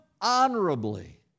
honorably